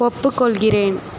ஒப்புக்கொள்கிறேன்